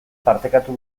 partekatu